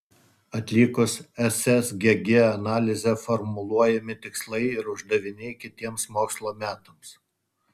atlikus ssgg analizę formuluojami tikslai ir uždaviniai kitiems mokslo metams